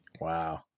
Wow